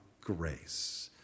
grace